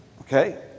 Okay